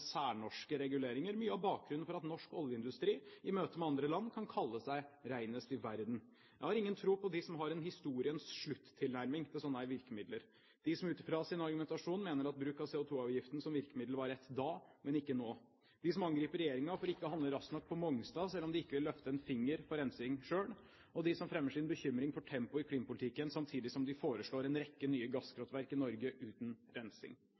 særnorske reguleringer mye av bakgrunnen for at norsk oljeindustri i møte med andre land kan kalle seg renest i verden. Jeg har ingen tro på dem som har en historiens slutt-tilnærming til sånne virkemidler – de som ut fra sin argumentasjon mener at bruk av CO2-avgiften som virkemiddel var rett da, men ikke nå, de som angriper regjeringen for ikke å handle raskt nok på Mongstad, selv om de ikke vil løfte en finger for rensing selv, og de som fremmer sin bekymring for tempoet i klimapolitikken, samtidig som de foreslår en rekke nye gasskraftverk i Norge uten rensing.